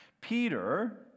Peter